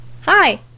Hi